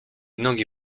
nogi